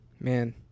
man